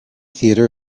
theatre